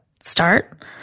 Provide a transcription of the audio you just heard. start